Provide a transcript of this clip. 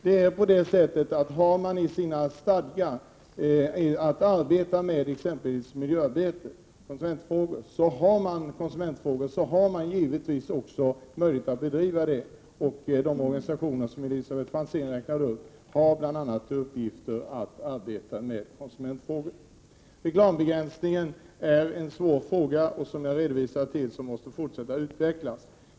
Har en organisation i sina stadgar att man skall arbeta med exempelvis miljöeller konsumentfrågor, har man givetvis också möjlighet att bedriva det arbetet. De organisationer som Elisabet Franzén räknade upp har bl.a. till uppgift att arbeta med konsumentfrågor. Reklambegränsning är en svår fråga, och som jag redovisade måste man fortsätta att utreda den.